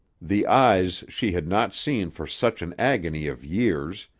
the eyes she had not seen for such an agony of years,